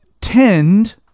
tend